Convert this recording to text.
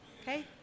okay